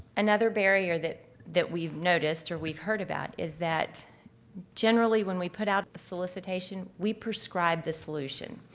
another barrier that that we've noticed or we've heard about is that generally when we put out a solicitation we prescribe the solution.